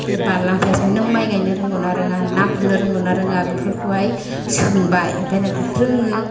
बे बारलेंफाया सोंबाय नों माइ गायनो रोंगौ ना रोङा ना गुरनो रोंगौ ना रोङा बेफोरखौहाय सोंबाय ओमफ्राय दाना रोङो